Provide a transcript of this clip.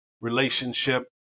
relationship